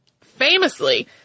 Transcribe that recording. Famously